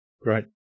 Great